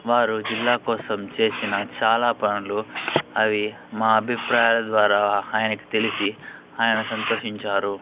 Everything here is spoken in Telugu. వారు జిల్లా కోసం చేసిన చాలా పనులు అవి మా అభిప్రాయాల ద్వారా ఆయనకి తెలిసి ఆయన సంతోషించారు